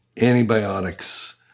antibiotics